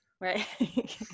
Right